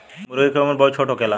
मूर्गी के उम्र बहुत छोट होखेला